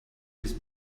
his